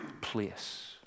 place